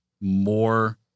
more